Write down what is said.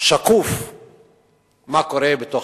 שקוף במשפחה.